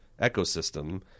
ecosystem